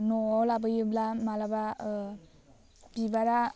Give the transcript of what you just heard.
न'आव लाबोयोब्ला मालाबा बिबारा